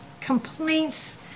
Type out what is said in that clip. complaints